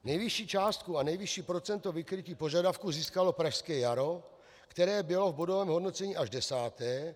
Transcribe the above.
Nejvyšší částku a nejvyšší procento vykrytí požadavků získalo Pražské jaro, které bylo v bodovém hodnocení až desáté.